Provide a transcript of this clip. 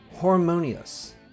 harmonious